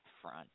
front